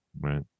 Right